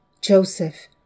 Joseph